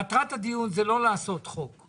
מטרת הדיון היא לא לעשות חוק.